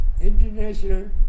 international